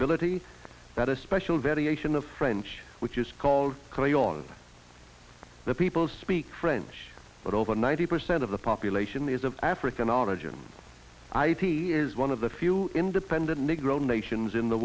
ability that a special variation of french which is called carry on the people speak french but over ninety percent of the population is of african origin ip is one of the few independent negro nations in the